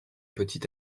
petit